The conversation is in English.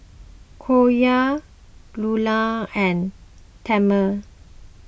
Korey Lula and Tanner